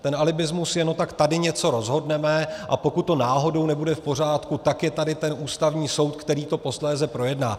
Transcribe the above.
Ten alibismus je: No tak tady něco rozhodneme, a pokud to náhodou nebude v pořádku, tak je tady ten Ústavní soud, který to posléze projedná.